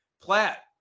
Platt